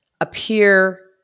appear –